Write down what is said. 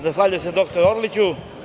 Zahvaljujem se doktore Orliću.